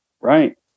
Right